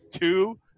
two